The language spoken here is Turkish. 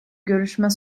görüşme